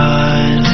God